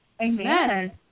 Amen